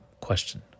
question